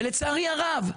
ולצערי הרב,